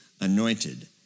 anointed